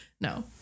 No